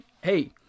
hey